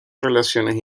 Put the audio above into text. relaciones